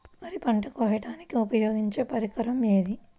వరి పంట కోయుటకు ఉపయోగించే పరికరం ఏది?